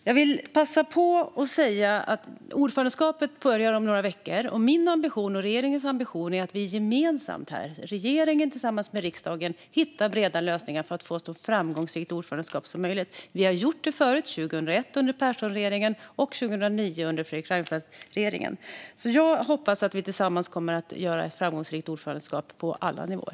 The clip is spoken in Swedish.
Jag vill passa på att säga att ordförandeskapet börjar om några veckor och att min och regeringens ambition är att vi gemensamt - regeringen tillsammans med riksdagen - ska hitta breda lösningar för att få ett så framgångsrikt ordförandeskap som möjligt. Vi har gjort det förut: 2001 under Perssonregeringen och 2009 under Reinfeldtregeringen. Jag hoppas att vi tillsammans kommer att göra ett framgångsrikt ordförandeskap på alla nivåer.